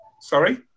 Sorry